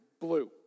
blue